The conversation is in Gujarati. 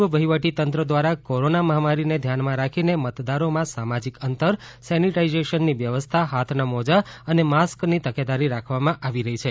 દીવ વહીવટીતંત્ર દ્વારા કોરોના મહામારીને ધ્યાનમાં રાખીને મતદારોમાં સામાજિક અંતર સેનિટાઇઝેશનની વ્યવસ્થા હાથના મોજા અને માસ્કની તકેદારી રાખવામાં આવી રહી છે